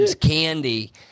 candy